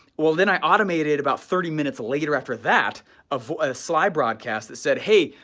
well then i automated about thirty minutes later after that of a slybroadcast that said, hey,